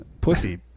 Pussy